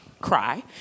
cry